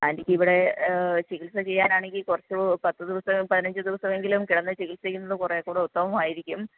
ആൻറ്റിക്കിവിടെ ചികിത്സ ചെയ്യാനാണെങ്കിൽ കുറച്ച് പത്തു ദിവസം പതിനഞ്ച് ദിവസമെങ്കിലും കിടന്നു ചികിത്സ ചെയ്യുന്നത് കുറേ കൂടി ഉത്തമമായിരിക്കും